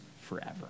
forever